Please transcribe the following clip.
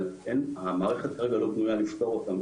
אבל המערכת כרגע לא פנויה לפתור אותן,